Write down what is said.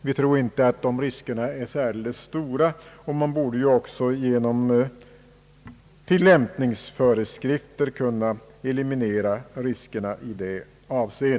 Vi tror inte att riskerna för missbruk är särdeles stora, och dessutom borde man genom tilllämpningsföreskrifter kunna eliminera sådana eventuella risker.